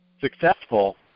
successful